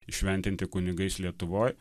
įšventinti kunigais lietuvoj